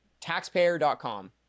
taxpayer.com